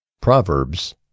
Proverbs